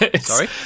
Sorry